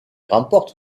remporte